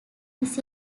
this